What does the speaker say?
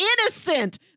innocent